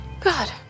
God